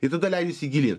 ir tada leidžiasi gilyn